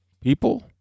people